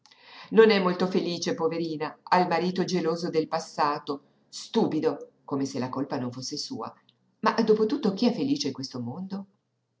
non è molto felice poverina ha il marito geloso del passato stupido come se la colpa non fosse sua ma dopo tutto chi è felice in questo mondo